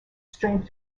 strength